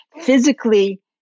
physically